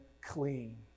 clean